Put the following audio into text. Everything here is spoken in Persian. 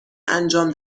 انجام